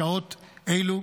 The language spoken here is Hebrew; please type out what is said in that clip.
בשעות אלו.